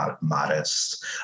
modest